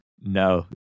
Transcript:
No